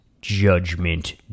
Judgment